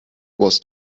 was